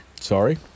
Sorry